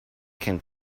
can